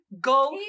go